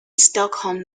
stockholm